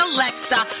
Alexa